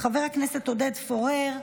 חבר הכנסת עודד פורר,